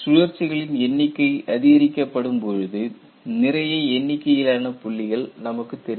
சுழற்சி களின் எண்ணிக்கை அதிகரிக்கப்படும் பொழுது நிறைய எண்ணிக்கையிலான புள்ளிகள் நமக்குத் தெரியும்